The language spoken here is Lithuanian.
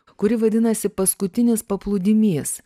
kuri vadinasi paskutinis paplūdimys